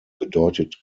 bedeutet